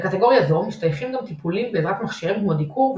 לקטגוריה זו משתייכים גם טיפולים בעזרת מכשירים כמו דיקור,